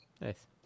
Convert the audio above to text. Nice